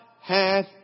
hath